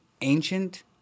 ancient